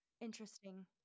interesting